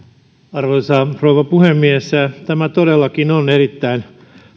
arvoisa rouva puhemies tämä todellakin on erittäin